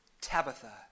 Tabitha